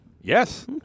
Yes